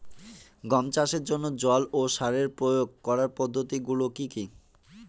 গম চাষের জন্যে জল ও সার প্রয়োগ করার পদ্ধতি গুলো কি কী?